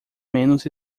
menos